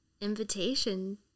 invitation